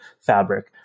fabric